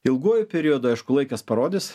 ilguoju periodu aišku laikas parodys